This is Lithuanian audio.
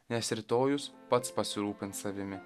nes rytojus pats pasirūpins savimi